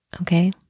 okay